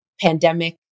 pandemic